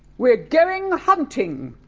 we're going hunting.